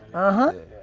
ah huh.